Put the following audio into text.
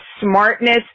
smartness